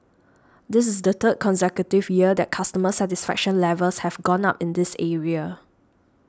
this is the third consecutive year that customer satisfaction levels have gone up in this area